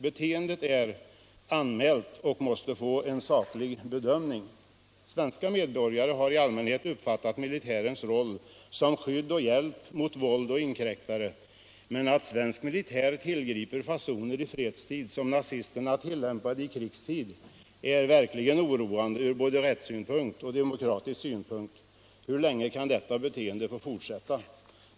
Beteendet är anmält och måste få en saklig bedömning. Svenska medborgare har i allmänhet uppfattat militären som skydd och hjälp mot våld och inkräktare. Men att svensk militär i fredstid visar fasoner som nazisterna tillämpade i krigstid är verkligen oroande från både rättssynpunkt och demokratisk synpunkt. Hur länge kan detta beteende få fortsätta?